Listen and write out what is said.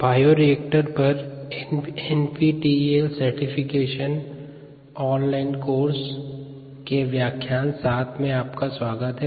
bioreactors पर NPTEL online certification course के व्याख्यान 7 में आपका स्वागत है